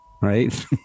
right